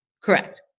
Correct